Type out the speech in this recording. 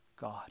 God